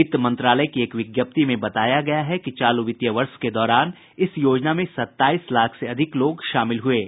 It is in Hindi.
वित्त मंत्रालय की एक विज्ञप्ति में बताया गया है कि चालू वित्तीय वर्ष के दौरान इस योजना में सताईस लाख से अधिक लोग शामिल हुए हैं